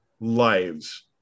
lives